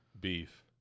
Beef